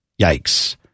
Yikes